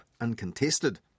uncontested